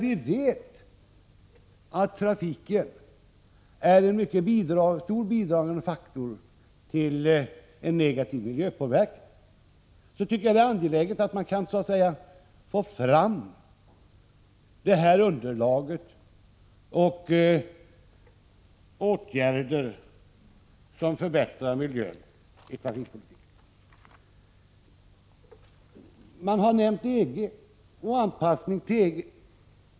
Vi vet att trafiken är en starkt bidragande faktor när det gäller en negativ miljöpåverkan, och jag tycker det är angeläget att vi kan få fram det underlag som behövs och vidta åtgärder inom trafikpolitiken som leder till förbättringar i fråga om miljön. Det har talats om anpassningen till EG.